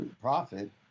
profit